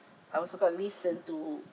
I also got listen to